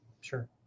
sure